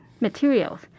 materials